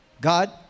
God